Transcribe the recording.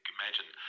imagine